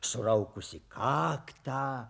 suraukusi kaktą